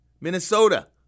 Minnesota